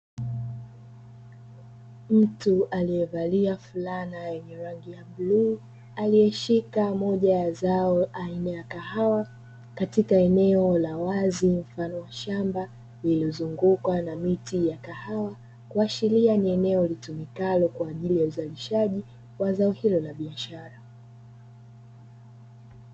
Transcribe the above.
Mtu aliyevalia fulana yenye rangi ya bluu aliyeshika moja ya zao aina ya kahawa katika eneo la wazi mfano wa shamba, limezungukwa na miti ya kahawa kuashiria ni eneo litumikalo kwa ajili ya uzalishaji wa zao hilo la biashara.